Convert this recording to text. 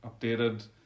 updated